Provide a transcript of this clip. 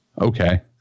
okay